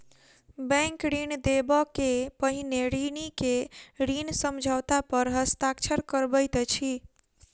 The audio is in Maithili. बैंक ऋण देबअ के पहिने ऋणी के ऋण समझौता पर हस्ताक्षर करबैत अछि